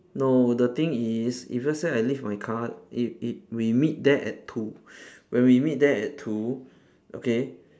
no the thing is if let's say I leave my car if it we meet there at two when we meet there at two okay